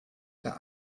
der